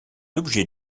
objets